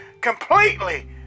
completely